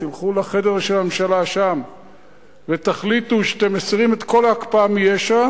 תלכו לחדר של הממשלה שם ותחליטו שאתם מסירים את כל ההקפאה מיש"ע,